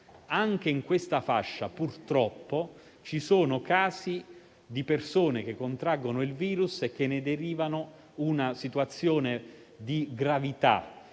Anche in questa fascia purtroppo ci sono casi di persone che contraggono il virus con una conseguente situazione di gravità.